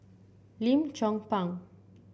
Lim Chong Pang